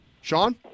Sean